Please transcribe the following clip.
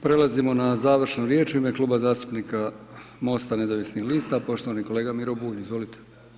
Prelazimo na završnu riječ u ime Kluba zastupnika MOST-a nezavisnih lista, poštovani kolega Miro Bulj, izvolite.